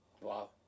Wow